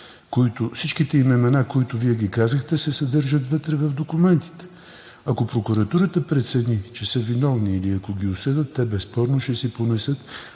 Всички имена, които Вие казахте, се съдържат в документите. Ако прокуратурата прецени, че са виновни, или ако ги осъдят, те безспорно ще си понесат.